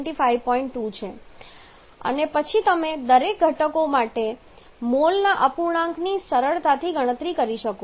2 અને પછી તમે દરેક ઘટકો માટે મોલ અપૂર્ણાંકની સરળતાથી ગણતરી કરી શકો છો